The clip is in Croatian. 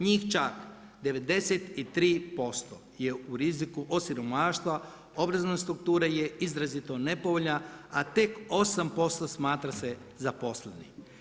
Njih čak 93% je u riziku od siromaštva, obrazovna struktura je izrazito nepovoljna a tek 8% smatra se zaposlenim.